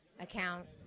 account